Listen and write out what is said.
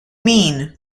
mean